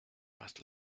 más